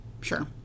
Sure